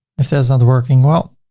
if that is not working well,